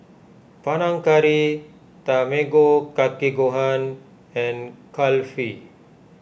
Panang Curry Tamago Kake Gohan and Kulfi